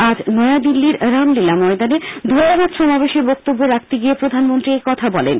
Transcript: আজ নয়াদিল্লির রামলীলা ময়দানে ধন্যবাদ সমাবেশে বক্তব্য রাখতে গিয়ে প্রধানমন্ত্রী এই কথা বলেন